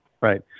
Right